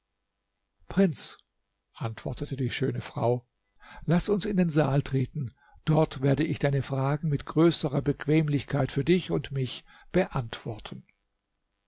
prinz antwortete die schöne frau laß uns in den saal treten dort werde ich deine fragen mit größerer bequemlichkeit für dich und mich beantworten